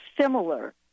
similar